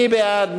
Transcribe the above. מי בעד?